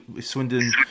Swindon